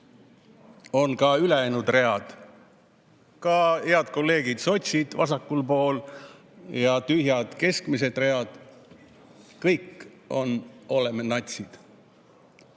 on ka ülejäänud read, ka head kolleegid sotsid vasakul pool ja tühjad keskmised read – kõik oleme natsid.